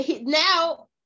now